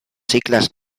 cicles